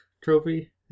trophy